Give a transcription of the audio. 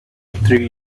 three